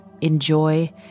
enjoy